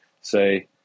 say